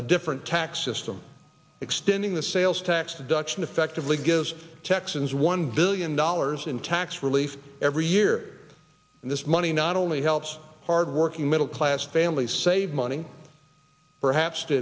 a different tax system extending the sales tax deduction effectively gives texans one billion dollars in tax relief every year and this money not only helps hardworking middle class families save money perhaps to